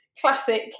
classic